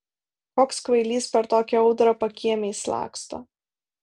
koks kvailys per tokią audrą pakiemiais laksto